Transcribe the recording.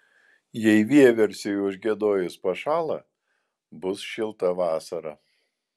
jei vieversiui užgiedojus pašąla bus šilta vasara